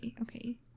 okay